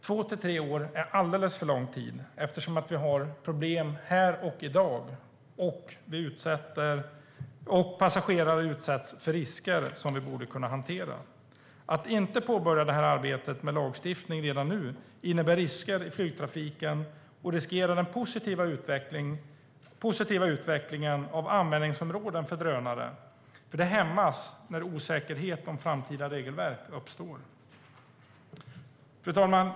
Två till tre år alldeles för lång tid, eftersom vi har problem här och i dag och eftersom passagerare utsätts för risker som vi borde kunna hantera. Att inte påbörja arbetet med lagstiftning redan nu innebär risker i flygtrafiken och riskerar den positiva utvecklingen av användningsområden för drönare. Den hämmas när osäkerhet uppstår om framtida regelverk. Fru talman!